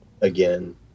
again